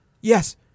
Yes